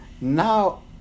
Now